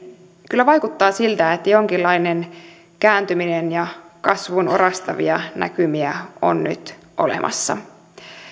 kyllä vaikuttaa siltä että jonkinlainen kääntyminen ja kasvun orastavia näkymiä on nyt olemassa